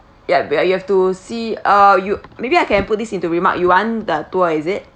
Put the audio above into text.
ya but you have to see uh you maybe I can put this into remark you want the tour is it